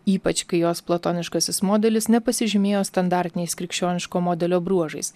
ypač kai jos platoniškasis modelis nepasižymėjo standartiniais krikščioniško modelio bruožais